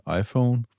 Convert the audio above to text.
iPhone